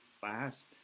fast